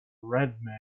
redman